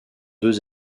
deux